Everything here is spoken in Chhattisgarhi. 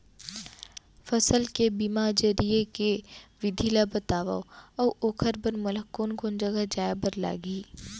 फसल के बीमा जरिए के विधि ला बतावव अऊ ओखर बर मोला कोन जगह जाए बर लागही?